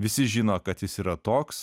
visi žino kad jis yra toks